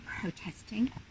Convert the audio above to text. protesting